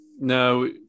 no